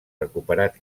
recuperat